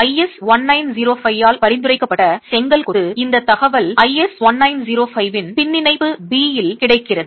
IS 1905 ஆல் பரிந்துரைக்கப்பட்ட செங்கல் கொத்து இந்த தகவல் IS 1905 இன் பின்னிணைப்பு B இல் கிடைக்கிறது